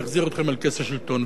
יחזיר אתכם אל כס השלטון.